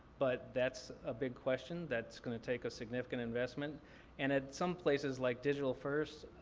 but that's a big question that's going to take a significant investment and in some places like digital first,